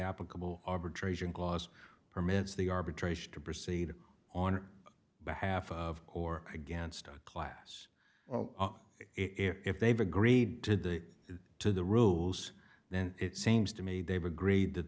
applicable arbitration clause permits the arbitration to proceed on behalf of or against a class if they've agreed to the to the rules then it seems to me they've agreed that